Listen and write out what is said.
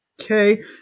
Okay